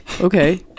okay